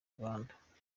rwanda